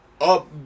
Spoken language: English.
up